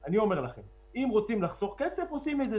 אני רוצה להבין מה אתם עושים בעניין הזה,